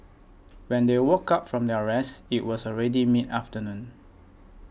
when they woke up from their rest it was already mid afternoon